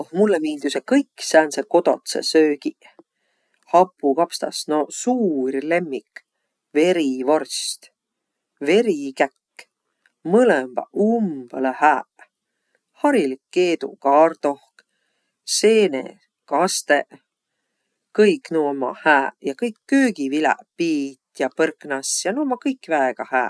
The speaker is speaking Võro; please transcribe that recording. Oh mullõ miildüseq kõik sääntseq kododsõq söögiq. Hapukapstas noq suur lemmik. Verivorst, verikäkk, mõlõmbaq umbõlõ hääq. Harilik keedukardohk, seenekastõq, kõik nuuq ommaq hääq. Ja kõik köögiviläq, piit ja põrknas ja nuuq ommaq kõik väega hääq.